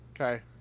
Okay